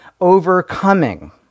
overcoming